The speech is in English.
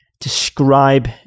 describe